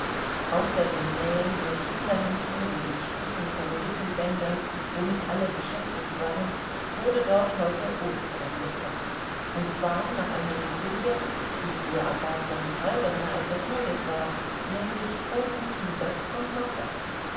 dem nähen von kinderhemdchen und dem stricken von wickelbändern womit alle beschäftigt waren wurde dort heute obst eingekocht und zwar nach einer methode die für agafja michailowna etwas neues war nämlich ohne zusatz von wasser